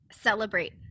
celebrate